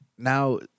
Now